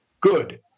good